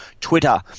Twitter